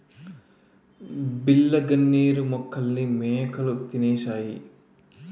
బిళ్ళ గన్నేరు మొక్కల్ని మేకలు తినేశాయి